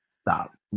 stop